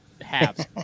Halves